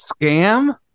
scam